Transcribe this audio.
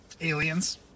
aliens